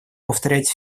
повторять